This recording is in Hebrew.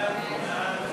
להעביר את